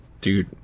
dude